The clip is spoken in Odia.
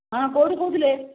ହଁ କେଉଁଠି କହୁଥିଲେ